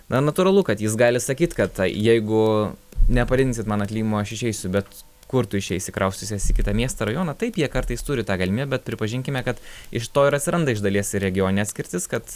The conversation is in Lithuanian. na natūralu kad jis gali sakyt kad jeigu nepadidinsit man atlygimo aš išeisiu bet kur tu išeisi kraustysies į kitą miestą rajoną taip jie kartais turi tą galimybę bet pripažinkime kad iš to ir atsiranda iš dalies ir regioninė atskirtis kad